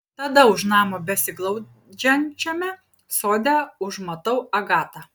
tada už namo besiglaudžiančiame sode užmatau agatą